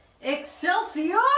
Excelsior